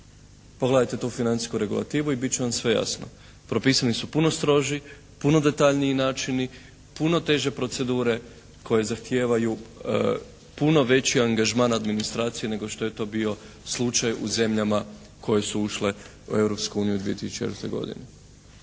Pogledajte tu Financijsku regulativu i bit će vam sve jasno. Propisani su puno stroži, puno detaljniji načini, puno teže procedure koje zahtijevaju puno veći angažman administracije nego što je to bio slučaj u zemljama koje su ušle u Europsku uniju 2004. godine.